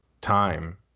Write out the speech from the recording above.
time